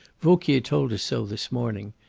vauquier told us so this morning.